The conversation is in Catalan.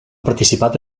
participat